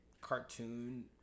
cartoon